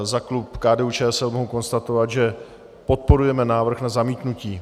Za klub KDUČSL mohu konstatovat, že podporujeme návrh na zamítnutí.